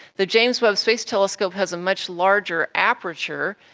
the james webb space telescope has a much larger aperture.